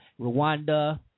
Rwanda